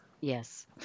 yes